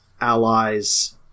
allies